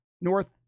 north